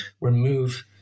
remove